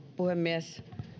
puhemies